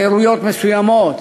חירויות מסוימות,